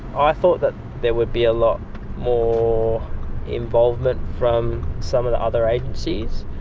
i thought that there would be a lot more involvement from some of the other agencies,